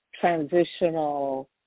transitional